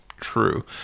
true